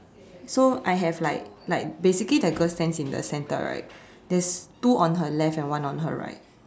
so I have like like basically the girl stands in the center right there's two on her left and one on her right